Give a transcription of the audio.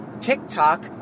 TikTok